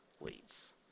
leads